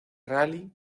rally